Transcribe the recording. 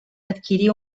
adquirí